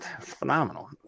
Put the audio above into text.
phenomenal